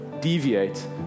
deviate